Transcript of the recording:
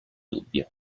dubbio